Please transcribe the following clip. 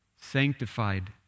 sanctified